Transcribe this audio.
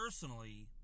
personally